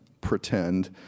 pretend